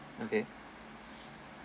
okay